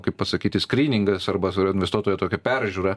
kaip pasakyti skryningas arba yra investuotojo tokia peržiūra